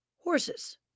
Horses